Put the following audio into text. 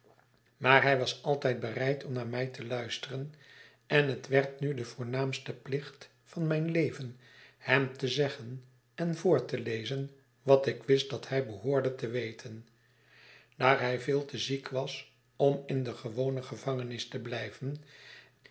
maar hij was altijd bereid om naar mij te luisteren en het werd nu de voornaamste plicht van mijn leven hem te zeggen en voor te lezen wat ik wist dat hij behoorde te weten daar hij veel te ziek was om in de gewone gevangenis te blijven